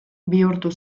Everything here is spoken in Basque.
bihurtu